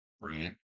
right